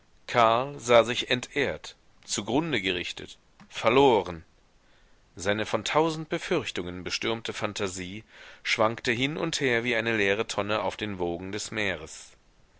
sah sich entehrt zugrunde gerichtet verloren seine von tausend befürchtungen bestürmte phantasie schwankte hin und her wie eine leere tonne auf den wogen des meeres